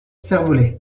servolex